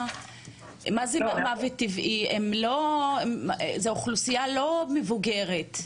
ומה זה מוות טבעי, הרי זאת אוכלוסייה לא מבוגרת.